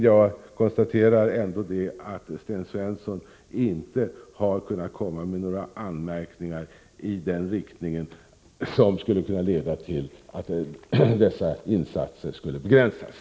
Jag konstaterar ändå att Sten Svensson inte har kunnat komma med några anmärkningar i den riktningen som skulle kunna leda till att dessa insatser skulle begränsas.